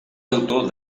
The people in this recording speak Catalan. autor